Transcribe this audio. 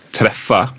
träffa